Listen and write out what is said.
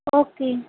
okay